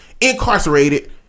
incarcerated